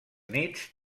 nits